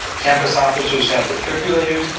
campus officers have defibrillators,